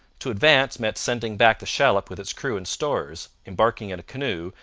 to advance meant sending back the shallop with its crew and stores, embarking in a canoe,